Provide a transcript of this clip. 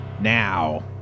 Now